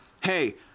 hey